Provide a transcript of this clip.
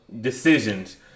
decisions